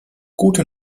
gute